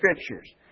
Scriptures